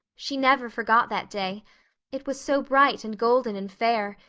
she never forgot that day it was so bright and golden and fair,